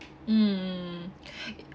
mm